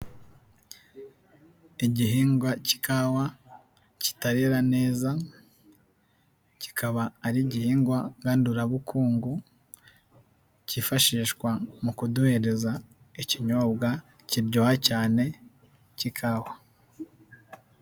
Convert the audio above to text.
Igihingwa cy'ikawa kitarera neza, kikaba ari igihingwa ngandurabukungu, kifashishwa mu kuduhereza ikinyobwa kiryoha cyane cy'ikawa.